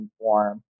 inform